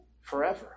forever